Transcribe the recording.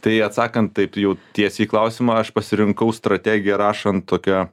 tai atsakant taip jau tiesiai į klausimą aš pasirinkau strategiją rašant tokia